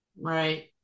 right